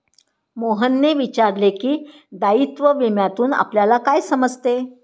मोहनने विचारले की, दायित्व विम्यातून आपल्याला काय समजते?